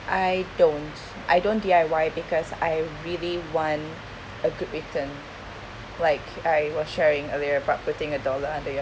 I don't I don't D_I_Y because I really want a good return like I was sharing earlier about putting a dollar under your